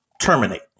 terminate